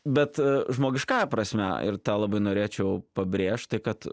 bet žmogiškąja prasme ir tą labai norėčiau pabrėžti kad